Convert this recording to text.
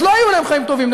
אז לא יהיו להם חיים טובים,